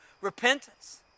repentance